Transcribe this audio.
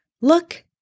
look